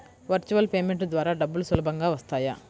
Virtual payment ద్వారా డబ్బులు సులభంగా వస్తాయా?